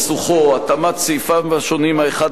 התאמת סעיפיו השונים האחד לשני,